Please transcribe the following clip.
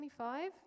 25